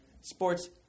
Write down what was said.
Sports